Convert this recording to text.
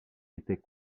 était